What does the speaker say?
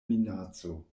minaco